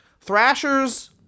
Thrasher's